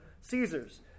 caesar's